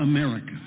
America